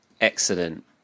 excellent